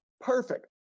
perfect